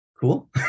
Cool